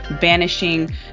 banishing